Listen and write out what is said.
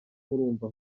murumva